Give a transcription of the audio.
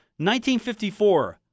1954